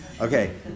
Okay